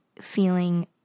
feeling